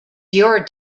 your